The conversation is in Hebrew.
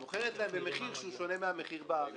היא מוכרת להם במחיר שונה מן המחיר בארץ.